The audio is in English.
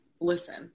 listen